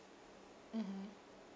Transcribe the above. mmhmm